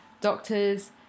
Doctors